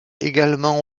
également